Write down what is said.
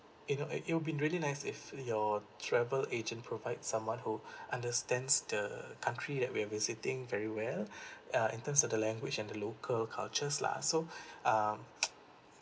it uh it it'll be really nice if your travel agent provide someone who understands the country that we're visiting very well uh in terms of the language and the local cultures lah so um